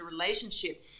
relationship